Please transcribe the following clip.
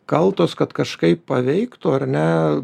kaltos kad kažkaip paveiktų ar ne